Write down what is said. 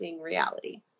reality